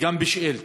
וגם בשאילתה,